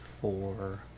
four